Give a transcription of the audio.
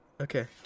Okay